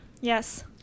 Yes